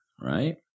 Right